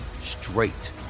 straight